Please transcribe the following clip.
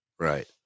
Right